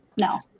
No